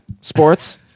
Sports